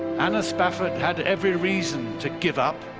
anna spafford had every reason to give up,